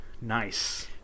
Nice